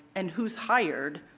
and who is hired,